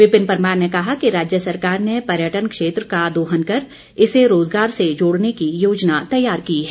विपिन परमार ने कहा कि राज्य सरकार ने पर्यटन क्षेत्र का दोहन कर इसे रोजगार से जोड़ने की योजना तैयार की है